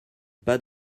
pas